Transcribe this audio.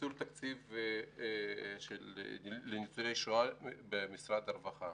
ניצול תקציב לפעילות לניצולי שואה במשרד הרווחה